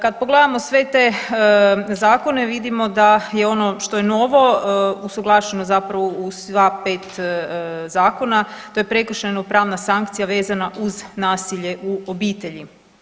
Kad pogledamo sve te zakone, vidimo da je ono što je novo, usuglašeno zapravo u sva 5 zakona, to je prekršajno-pravna sankcija vezana uz nasilje u obitelji.